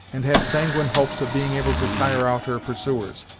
and had sanguine hopes of being able to tire out her pursuers.